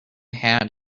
had